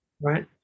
right